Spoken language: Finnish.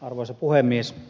arvoisa puhemies